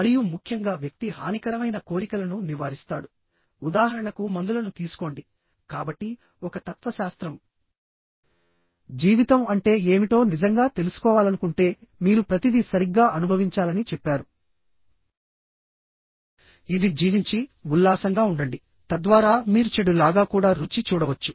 మరియు ముఖ్యంగా వ్యక్తి హానికరమైన కోరికలను నివారిస్తాడు ఉదాహరణకు మందులను తీసుకోండి కాబట్టి ఒక తత్వశాస్త్రం జీవితం అంటే ఏమిటో నిజంగా తెలుసుకోవాలనుకుంటే మీరు ప్రతిదీ సరిగ్గా అనుభవించాలని చెప్పారు ఇది జీవించి ఉల్లాసంగా ఉండండి తద్వారా మీరు చెడు లాగా కూడా రుచి చూడవచ్చు